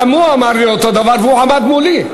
גם הוא אמר לי אותו דבר, והוא עמד מולי.